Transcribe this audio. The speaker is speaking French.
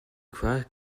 crois